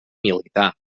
militar